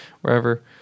wherever